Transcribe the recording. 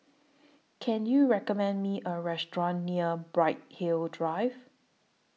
Can YOU recommend Me A Restaurant near Bright Hill Drive